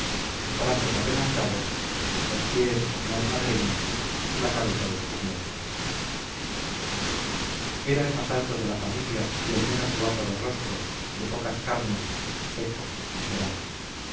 los brazos arremangados los pies en almadreñas la cabeza descubierta era el más alto de la familia y el menos guapo de rostro de pocas carnes seco acerado